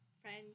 friends